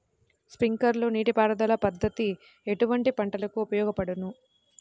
Sprinkler నీటిపారుదల పద్దతి ఎటువంటి పంటలకు ఉపయోగపడును?